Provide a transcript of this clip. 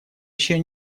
еще